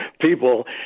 people